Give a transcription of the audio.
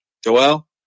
Joel